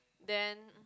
then